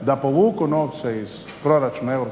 da povuku novce iz proračuna EU